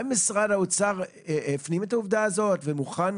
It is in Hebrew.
האם משרד האוצר הפנים את העובדה הזאת ומוכן